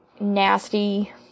Nasty